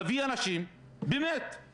במקום שמעכשיו תעמוד כחומה בפני